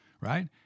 right